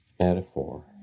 Metaphor